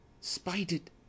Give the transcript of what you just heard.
spited